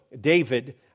David